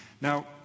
Now